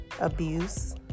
abuse